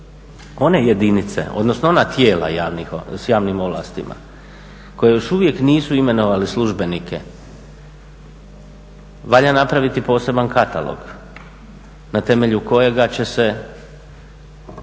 one jedinice, odnosno ona tijela s javnim ovlastima koja još uvijek nisu imenovali službenike, valja napraviti poseban katalog na temelju kojega će se